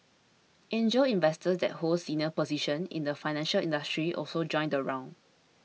angel investors that hold senior positions in the financial industry also joined the round